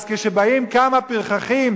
אז כשבאים כמה פרחחים